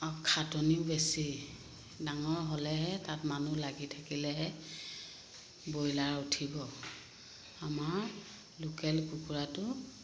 আৰু খাটনিও বেছি ডাঙৰ হ'লেহে তাত মানুহ লাগি থাকিলেহে বইলাৰ উঠিব আমাৰ লোকেল কুকুৰাটো